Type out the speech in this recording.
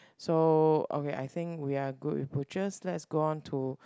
so okay I think we are good with butchers let's go on to